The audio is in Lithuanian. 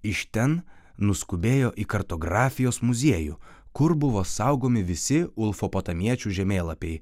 iš ten nuskubėjo į kartografijos muziejų kur buvo saugomi visi ulfopotamiečių žemėlapiai